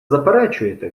заперечуєте